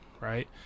right